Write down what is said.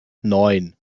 neun